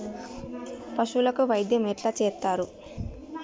పశువులకు వైద్యం ఎట్లా చేత్తరు?